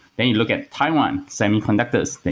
when you look at taiwan, semiconductors.